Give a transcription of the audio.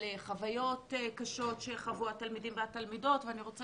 על חוויות קשות שחוו התלמידים והתלמידות ואני רוצה